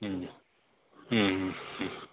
ಹ್ಞೂ ಹ್ಞೂ ಹ್ಞೂ